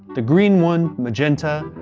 the green one magenta,